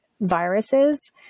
viruses